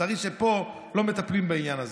לצערי פה לא מטפלים בעניין הזה.